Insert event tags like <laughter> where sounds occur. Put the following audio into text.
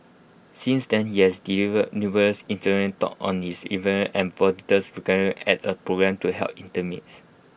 since then he has delivered numerous inspiration talks on his endeavours and volunteers <unintelligible> at A programme to help intimates